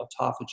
autophagy